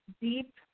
deep